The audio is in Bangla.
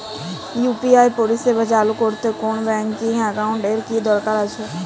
ইউ.পি.আই পরিষেবা চালু করতে কোন ব্যকিং একাউন্ট এর কি দরকার আছে?